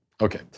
Okay